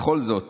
"וזאת